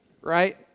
right